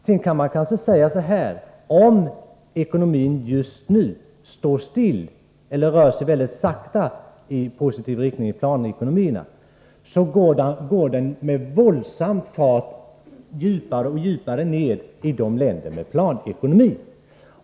Sedan kan man kanske säga att om ekonomin i planekonomierna just nu står still eller rör sig mycket sakta i positiv riktning går den med våldsam fart djupare och djupare ned i länderna med marknadsekonomi.